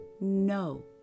no